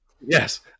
Yes